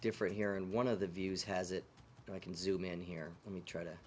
different here and one of the views has it i can zoom in here let me try